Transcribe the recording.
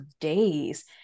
days